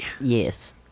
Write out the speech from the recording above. yes